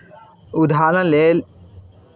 उदहारण लेल